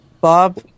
Bob